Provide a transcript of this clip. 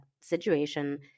situation